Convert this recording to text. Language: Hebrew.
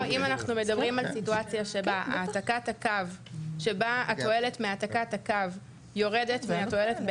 אם אנחנו מדברים על סיטואציה שבה התועלת מהעתקת הקו יורדת מהתועלת,